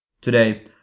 Today